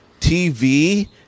TV